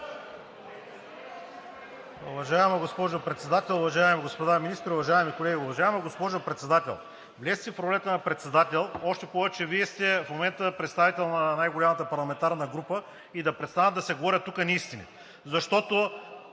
Уважаема госпожо Председател, уважаеми господа министри, уважаеми колеги! Уважаема госпожо Председател, влезте си в ролята на председател, още повече че в момента сте представител на най-голямата парламентарна група – да престанат да се говорят тук неистини,